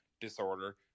disorder